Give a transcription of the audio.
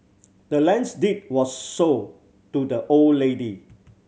the land's deed was sold to the old lady